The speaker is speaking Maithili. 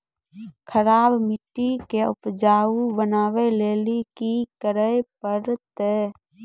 खराब मिट्टी के उपजाऊ बनावे लेली की करे परतै?